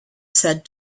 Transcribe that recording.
said